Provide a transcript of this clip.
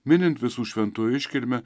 minint visų šventųjų iškilmę